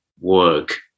work